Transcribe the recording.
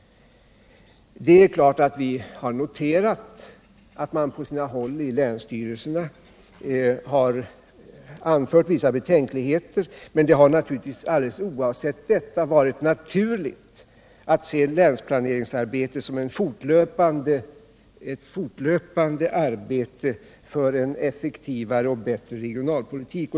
Det är klart att vi har noterat att man på sina håll i länsstyrelserna anfört vissa betänkligheter men det har naturligtvis, alldeles oavsett detta, varit naturligt att se länsplaneringsarbetet som ett fortlöpande arbete för en effektivare och bättre regionalpolitik.